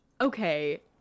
okay